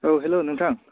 औ हेल' नोंथां